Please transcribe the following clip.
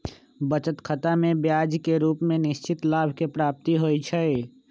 बचत खतामें ब्याज के रूप में निश्चित लाभ के प्राप्ति होइ छइ